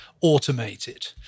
automated